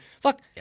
Fuck